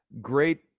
great